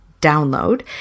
download